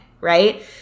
right